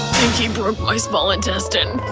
he broke my small intestine.